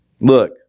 Look